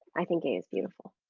i think he is beautiful.